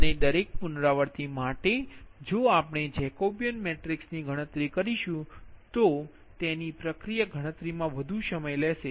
અને દરેક પુનરાવૃત્તિ માટે જો આપણે જેકોબીયન મેટ્રિક્સની ગણતરી કરીશું તો તેની પ્રક્રિયા ગણતરીમાં વધુ સમય લેશે